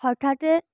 হঠাতে